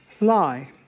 lie